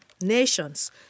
nations